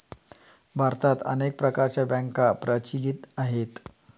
भारतात अनेक प्रकारच्या बँका प्रचलित आहेत